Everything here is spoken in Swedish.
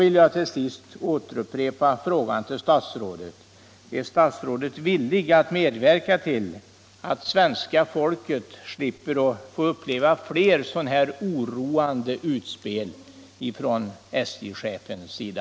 Till sist vill jag återupprepa frågan till statsrådet: Är statsrådet villig att medverka till att svenska folket slipper uppleva flera sådana här oroande utspel från SJ-chefens sida?